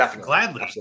gladly